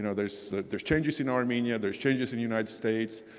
know, there's there's changes in armenia. there's changes in the united states.